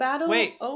Wait